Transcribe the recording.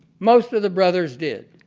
most of the brothers did.